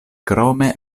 krome